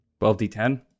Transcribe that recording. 12d10